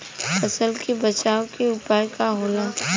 फसल के बचाव के उपाय का होला?